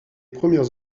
premières